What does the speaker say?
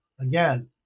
Again